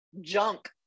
junk